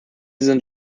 sind